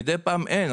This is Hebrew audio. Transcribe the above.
מדי פעם אין,